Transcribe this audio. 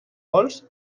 gols